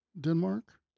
Denmark